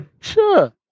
Sure